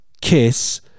Kiss